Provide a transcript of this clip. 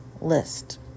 list